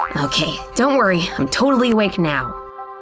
okay, don't worry, i'm totally awake now.